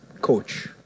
coach